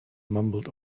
mumbled